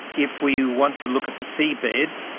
if we want to look at the sea bed,